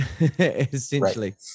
essentially